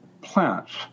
plants